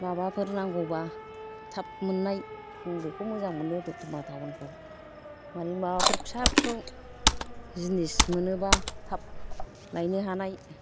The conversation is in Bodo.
माबाफोर नांगौबा थाब मोननाय जों बेखौ मोजां मोनो द'तमा टाउनखौ माने माबाफोर फिसा फिसौ जिनिस मोनोबा थाब लायनो हानाय